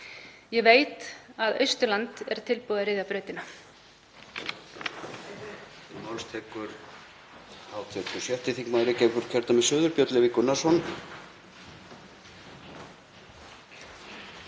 Ég veit að Austurland er tilbúið að ryðja brautina.